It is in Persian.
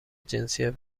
جنسیت